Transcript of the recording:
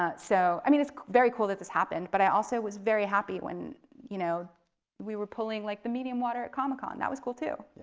ah so i mean it's very cool that this happened, but i also was very happy when you know we were pulling like the median water at comic-con. that was cool too, you